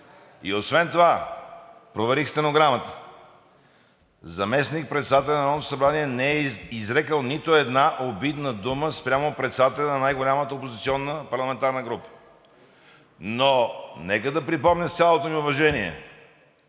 Освен това проверих стенограмата. Заместник-председателят на Народното събрание не е изрекъл нито една обидна дума спрямо председателя на най-голямата опозиционна парламентарна група. Но нека да припомня, с цялото ми уважение